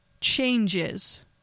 changes